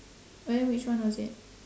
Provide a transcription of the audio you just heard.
and then which one was it